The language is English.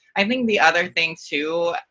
i think the other thing too,